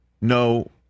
No